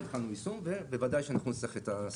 התחלנו כבר את היישום, ובוודאי נצטרך סיוע.